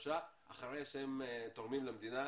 חדשה אחרי שהם תורמים למדינה,